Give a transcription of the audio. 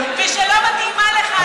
ושלא מתאימה לך,